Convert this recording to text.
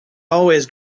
always